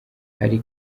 hari